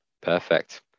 perfect